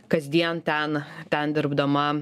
kasdien ten ten dirbdama